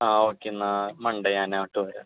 ആ ഓക്കെ എന്നാൽ മൺഡേ ഞാൻ അങ്ങോട്ട് വരാം